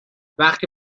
وقتی